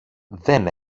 δεν